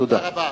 תודה רבה.